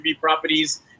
properties